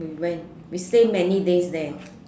we went we stay many days there